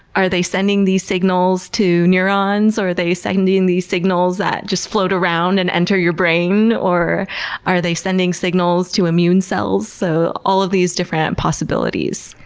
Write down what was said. are they sending these signals to neurons? are they sending these signals that just float around and enter your brain, or are they sending signals to immune cells? so all of these different possibilities.